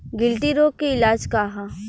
गिल्टी रोग के इलाज का ह?